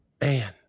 man